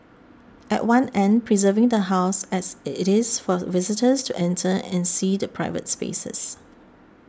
at one end preserving the House as it is for visitors to enter and see the private spaces